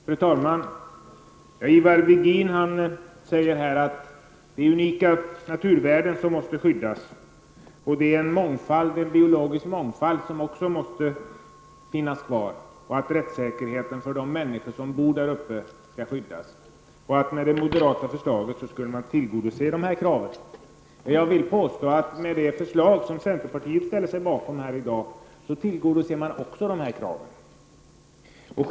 Fru talman! Ivar Virgin säger att det är unika naturvärden som måste skyddas och att en biologiskt mångfald måste få finnas kvar. Vidare säger han att rättssäkerheten för de människor som bor i dessa trakter skall skyddas. Med det moderata förslaget skulle man tillgodose dessa krav. Jag vill påstå att man tillgodoser dessa krav också med det förslag som centern ställer sig bakom här i dag.